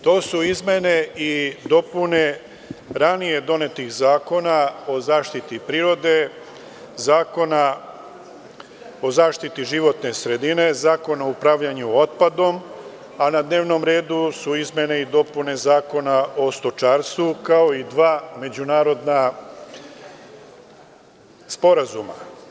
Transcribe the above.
To su izmene i dopune ranije donetih zakona, Zakona o zaštiti prirode, Zakona o zaštiti životne sredine, Zakona o upravljanju otpadom, a na dnevnom redu su izmene i dopune Zakona o stočarstvu, kao i dva međunarodna sporazuma.